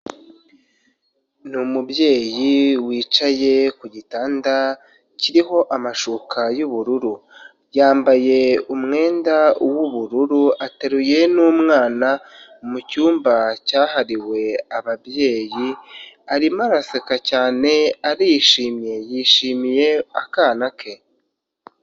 Ni umubyeyi wicaye ku gitanda kiriho amashuka y'ubururu, yambaye umwenda w'ubururu, ateruye n'umwana mu cyumba cyahariwe ababyeyi, arimo araseka cyane, arishimye, yishimiye akana ke.